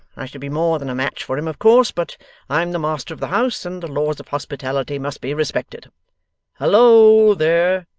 i should be more than a match for him, of course, but i'm the master of the house, and the laws of hospitality must be respected hallo there!